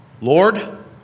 Lord